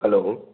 hello